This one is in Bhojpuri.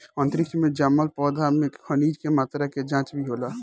अंतरिक्ष में जामल पौधा में खनिज के मात्रा के जाँच भी होला